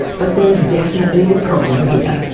but there is definitely a problem here.